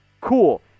Cool